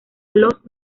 los